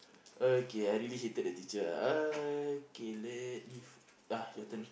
okay I really hated that teacher okay let me f~ ah your turn